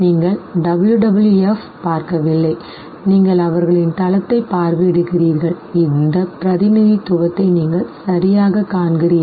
நீங்கள் WWF பார்க்கவில்லை நீங்கள் அவர்களின் தளத்தைப் பார்வையிடுகிறீர்கள் இந்த பிரதிநிதித்துவத்தை நீங்கள் சரியாகக் காண்கிறீர்கள்